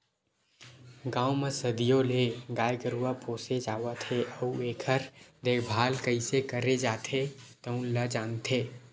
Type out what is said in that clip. गाँव म सदियों ले गाय गरूवा पोसे जावत हे अउ एखर देखभाल कइसे करे जाथे तउन ल जानथे